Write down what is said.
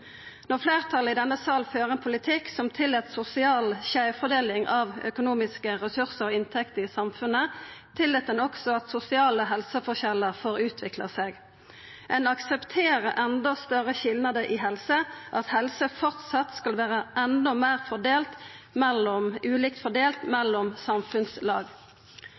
Når fleirtalet i denne salen fører ein politikk som tillèt sosial skeivfordeling av økonomiske ressursar og inntekter i samfunnet, tillèt ein også at sosiale helseforskjellar får utvikla seg. Ein aksepterer enda større skilnader i helse, at helse framleis skal vera enda meir ulikt fordelt mellom samfunnslag.